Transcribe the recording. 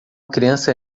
criança